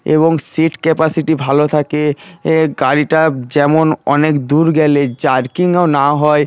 এবং seat capacity ভালো থাকে এ গাড়িটা যেমন অনেক দূর গেলে জারকিংও না হয়